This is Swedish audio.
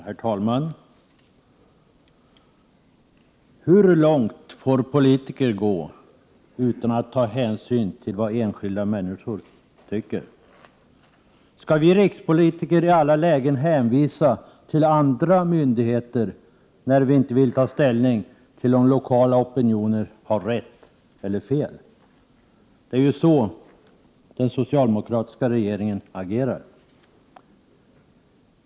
Herr talman! Hur långt får politiker gå utan att ta hänsyn till vad enskilda — 19 maj 1989 människor tycker? Skall vi rikspolitiker i alla lägen hänvisa till andra myndigheter när vi inte vill ta ställning till om lokala opinioner har rätt eller fel? Det är ju så den socialdemokratiska regeringen agerar.